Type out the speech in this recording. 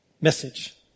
message